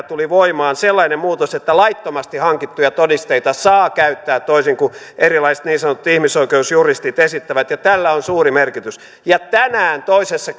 tuli voimaan sellainen muutos että laittomasti hankittuja todisteita saa käyttää toisin kuin erilaiset niin sanotut ihmisoikeusjuristit esittävät ja tällä on suuri merkitys ja tänään toisessa